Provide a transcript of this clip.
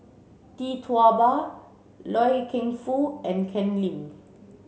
Tee Tua Ba Loy Keng Foo and Ken Lim